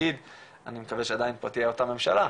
אני מקווה שעדיין תהיה אותה ממשלה,